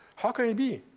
how can it be?